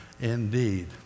indeed